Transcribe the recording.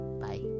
Bye